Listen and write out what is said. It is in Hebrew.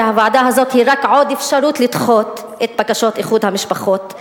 והוועדה הזאת היא רק עוד אפשרות לדחות את בקשות איחוד המשפחות.